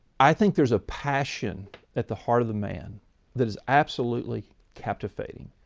i think there's a passion at the heart of the man that is absolutely captivating.